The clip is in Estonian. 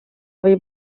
viib